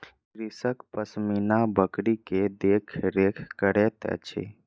कृषक पश्मीना बकरी के देख रेख करैत अछि